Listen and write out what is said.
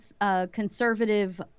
conservative